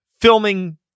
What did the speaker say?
filming